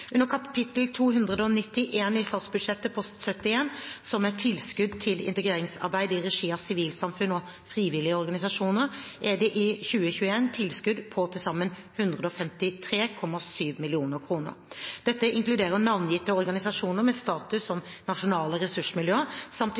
Under kapittel 291 i statsbudsjettet, post 71, som er tilskudd til integreringsarbeid i regi av sivilsamfunn og frivillige organisasjoner, er det i 2021 tilskudd på tilsammen 153,7 mill. kr. Dette inkluderer navngitte organisasjoner med status som nasjonale ressursmiljøer, samt